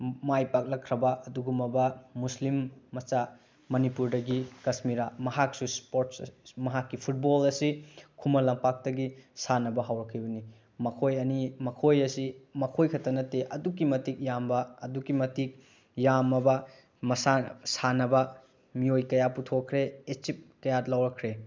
ꯃꯥꯏ ꯄꯥꯛꯂꯛꯈ꯭ꯔꯕ ꯑꯗꯨꯒꯨꯝꯂꯕ ꯃꯨꯁꯂꯤꯝ ꯃꯆꯥ ꯃꯅꯤꯄꯨꯔꯗꯒꯤ ꯀꯥꯁꯃꯤꯔꯥ ꯃꯍꯥꯛꯁꯨ ꯃꯍꯥꯛꯀꯤ ꯐꯨꯠꯕꯣꯜ ꯑꯁꯤ ꯈꯨꯃꯟ ꯂꯝꯄꯥꯛꯇꯒꯤ ꯁꯥꯟꯅꯕ ꯍꯧꯔꯛꯈꯤꯕꯅꯤ ꯃꯈꯣꯏ ꯑꯅꯤ ꯃꯈꯣꯏ ꯑꯁꯤ ꯃꯈꯣꯏ ꯈꯛꯇ ꯅꯠꯇꯦ ꯑꯗꯨꯛꯀꯤ ꯃꯇꯤꯛ ꯌꯥꯝꯕ ꯑꯗꯨꯛꯀꯤ ꯃꯇꯤꯛ ꯌꯥꯝꯃꯕ ꯁꯥꯟꯅꯕ ꯃꯤꯑꯣꯏ ꯀꯌꯥ ꯄꯨꯊꯣꯛꯈ꯭ꯔꯦ ꯑꯦꯆꯤꯞ ꯀꯌꯥ ꯂꯧꯔꯛꯈ꯭ꯔꯦ